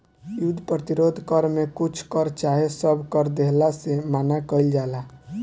युद्ध प्रतिरोध कर में कुछ कर चाहे सब कर देहला से मना कईल जाला